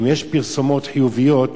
אם יש פרסומות חיוביות,